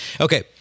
Okay